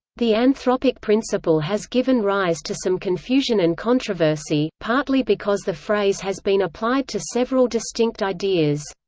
the anthropic principle has given rise to some confusion and controversy, partly because the phrase has been applied to several distinct ideas.